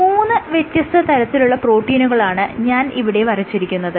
മൂന്ന് വ്യത്യസ്ത തരത്തിലുള്ള പ്രോട്ടീനുകളാണ് ഞാൻ ഇവിടെ വരച്ചിരിക്കുന്നത്